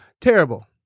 Terrible